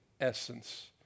essence